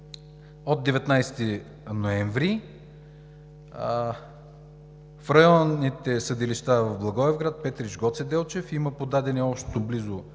от 19 ноември 2019 г. В районните съдилища в Благоевград, Петрич и Гоце Делчев има подадени общо близо